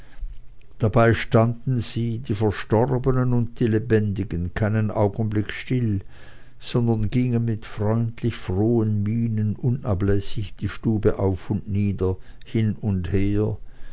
dabei standen sie die verstorbenen und die lebendigen keinen augenblick still sondern gingen mit freundlich frohen mienen unablassig die stube auf und nieder hin und her